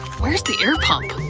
where's the air pump?